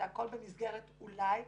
הכול במסגרת אולי,